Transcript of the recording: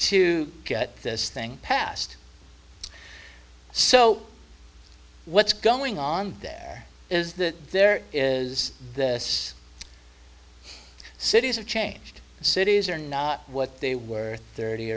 to get this thing passed so what's going on is that there is this cities are changed cities are not what they were thirty